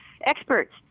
experts